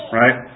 right